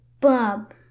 Bob